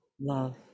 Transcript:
love